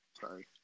Sorry